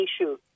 issue